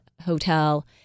hotel